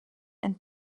and